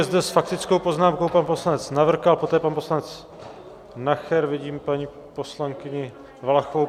Je zde s faktickou poznámkou pan poslanec Navrkal, poté pan poslanec Nacher, vidím paní poslankyni Valachovou.